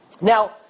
Now